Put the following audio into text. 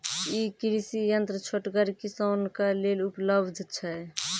ई कृषि यंत्र छोटगर किसानक लेल उपलव्ध छै?